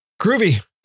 Groovy